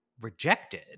rejected